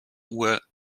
uhr